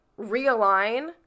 realign